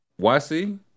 YC